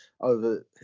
over